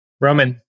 Roman